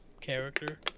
character